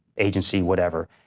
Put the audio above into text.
agency, whatever.